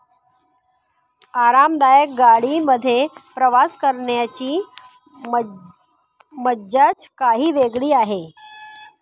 आरामदायक गाडी मध्ये प्रवास करण्याची मज्जाच काही वेगळी आहे